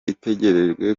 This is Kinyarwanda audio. itegerejwe